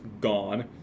gone